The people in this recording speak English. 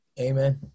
Amen